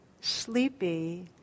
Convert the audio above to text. sleepy